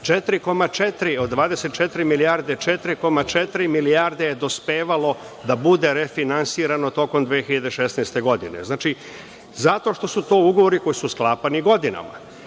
4,4 od 24 milijarde 4,4 milijarde je dospevalo da bude refinansirano tokom 2016. godine. Znači, zato što su to ugovori koji su sklapani godinama.